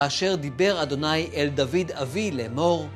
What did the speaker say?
אשר דיבר ה׳ אל דוד אבי לאמור...